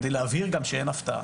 כדי להבהיר שאין הפתעה,